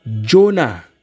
Jonah